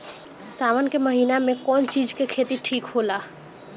सावन के महिना मे कौन चिज के खेती ठिक होला?